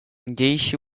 deixe